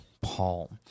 Paul